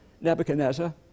Nebuchadnezzar